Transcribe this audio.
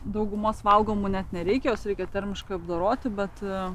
daugumos valgomų net nereikia juos reikia termiškai apdoroti bet